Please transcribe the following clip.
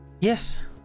Yes